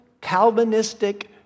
Calvinistic